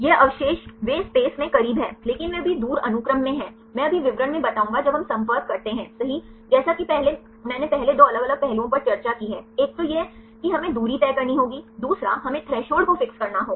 ये अवशेष वे स्पेस में करीब हैं लेकिन वे अभी दूर अनुक्रम में हैं मैं अभी विवरण में बताऊंगा जब हम संपर्क करते हैं सही जैसा कि मैंने पहले 2 अलग अलग पहलुओं पर चर्चा की है एक तो यह की हमें दूरी तय करनी होगी दूसरा हमें थ्रेसहोल्ड को फिक्स करना होगा